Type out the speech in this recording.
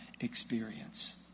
experience